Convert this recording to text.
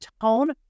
tone